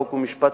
חוק ומשפט,